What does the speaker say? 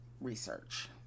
Research